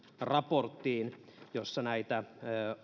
raporttiin jossa näitä